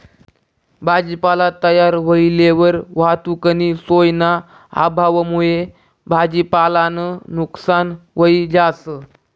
भाजीपाला तयार व्हयेलवर वाहतुकनी सोयना अभावमुये भाजीपालानं नुकसान व्हयी जास